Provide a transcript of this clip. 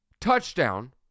touchdown